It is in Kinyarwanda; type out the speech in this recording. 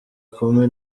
kumi